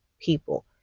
people